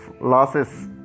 losses